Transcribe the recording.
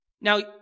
Now